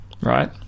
right